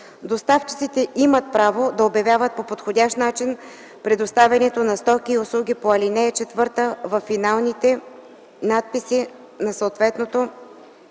Доставчиците имат право да обявят по подходящ начин предоставянето на стоки и услуги по ал. 4 във финалните надписи на съответното